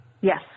Yes